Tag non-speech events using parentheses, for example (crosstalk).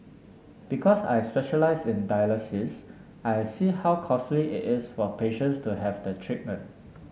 because I specialize in dialysis I see how costly (unintelligible) is for patients to have the treatment